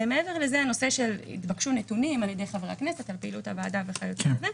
מעבר לזה התבקשו נתונים על ידי חברי הכנסת על פעילות הוועדה וכיוצא בזה.